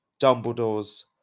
Dumbledore's